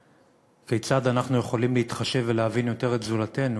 כיצד אנחנו יכולים להתחשב ולהבין יותר את זולתנו,